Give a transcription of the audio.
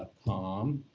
ah com.